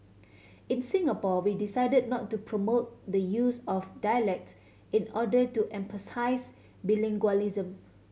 in Singapore we decided not to promote the use of dialects in order to emphasise bilingualism